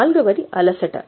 నాల్గవది అలసట